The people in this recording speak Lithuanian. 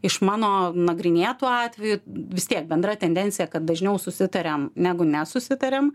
iš mano nagrinėtų atvejų vis tiek bendra tendencija kad dažniau susitariam negu nesusitariam